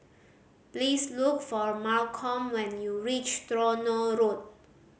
please look for Malcolm when you reach Tronoh Road